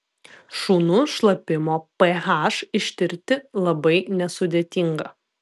šunų šlapimo ph ištirti labai nesudėtinga